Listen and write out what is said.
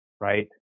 Right